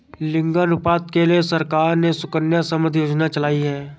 लिंगानुपात के लिए सरकार ने सुकन्या समृद्धि योजना चलाई है